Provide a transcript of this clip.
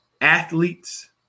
athletes